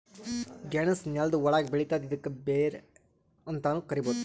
ಗೆಣಸ್ ನೆಲ್ದ ಒಳ್ಗ್ ಬೆಳಿತದ್ ಇದ್ಕ ಬೇರ್ ಅಂತಾನೂ ಕರಿಬಹುದ್